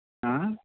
হ্যাঁ